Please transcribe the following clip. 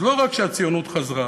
אז לא רק שהציונות חזרה,